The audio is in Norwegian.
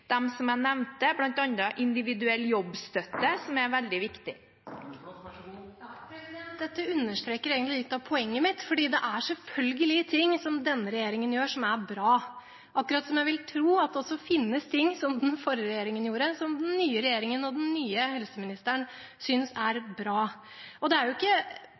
jeg nevnte, som individuell jobbstøtte, som er veldig viktig. Dette understreker egentlig litt av poenget mitt, for det er selvfølgelig ting denne regjeringen gjør, som er bra – akkurat som jeg vil tro at det også finnes ting den forrige regjeringen gjorde, som den nye regjeringen og den nye helseministeren synes er bra. Og det er jo ikke